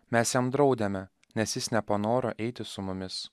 mes jam draudėme nes jis nepanoro eiti su mumis